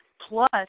Plus